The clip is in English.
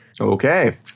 Okay